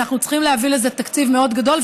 אנחנו צריכים להביא לזה תקציב מאוד גדול,